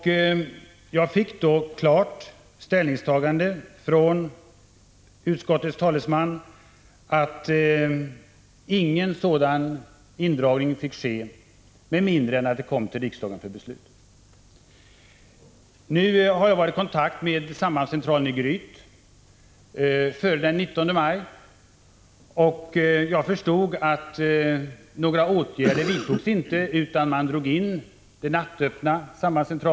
Jag fick då klart besked från honom om att ingen sådan neddragning fick ske med mindre än att förslag presenterats riksdagen för beslut. Jag var före den 19 maj i kontakt med sambandscentralen i Gryt, och jag förstod att avsikten var att dra in verksamheten så till vida att man inte skulle hålla öppet nattetid.